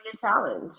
challenge